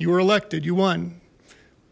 you were elected you won